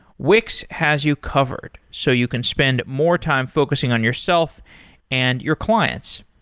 wix has you covered, so you can spend more time focusing on yourself and your clients.